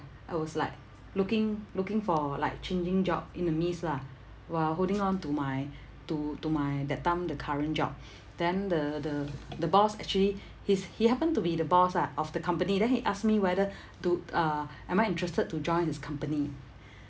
I was like looking looking for like changing job in the midst lah while holding on to my to to my that time the current job then the the the boss actually his he happened to be the boss ah of the company then he asked me whether do uh am I interested to join his company